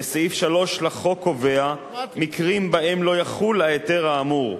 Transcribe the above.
וסעיף 3 לחוק קובע מקרים שבהם לא יחול ההיתר האמור.